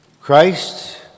Christ